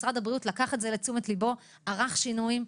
משרד הבריאות לקח את זה לתשומת לבו וערך שינויים.